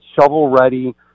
shovel-ready